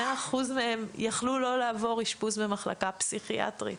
100 אחוז מהם יכלו לא לעבור אשפוז במחלקה פסיכיאטרית.